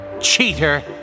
cheater